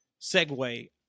segue